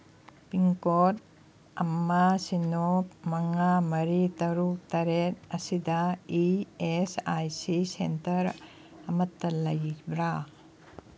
pincode ꯑꯃ ꯁꯤꯅꯣ ꯃꯉꯥ ꯃꯔꯤ ꯇꯔꯨꯛ ꯇꯔꯦꯠ ꯑꯁꯤꯗ E S I C centre ꯑꯃꯇ ꯂꯩꯕ꯭ꯔꯥ